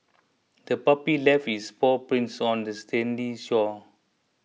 the puppy left its paw prints on the sandy shore